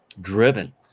driven